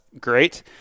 great